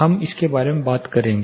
हम इसके बारे में बात करेंगे